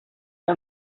que